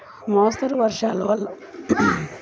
మోస్తరు వర్షాలు వల్ల మొక్కజొన్నపై ఎలాంటి ప్రభావం కలుగుతుంది?